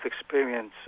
experience